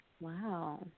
Wow